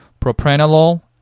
propranolol